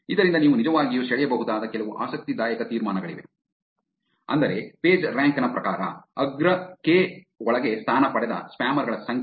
ಇದರಿಂದ ನೀವು ನಿಜವಾಗಿಯೂ ಸೆಳೆಯಬಹುದಾದ ಕೆಲವು ಆಸಕ್ತಿದಾಯಕ ತೀರ್ಮಾನಗಳಿವೆ ಅಂದರೆ ಪೇಜ್ರ್ಯಾಂಕ್ ನ ಪ್ರಕಾರ ಅಗ್ರ ಕೆ ಒಳಗೆ ಸ್ಥಾನ ಪಡೆದ ಸ್ಪ್ಯಾಮರ್ ಗಳ ಸಂಖ್ಯೆ